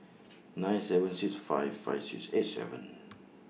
nine seven six five five six eight seven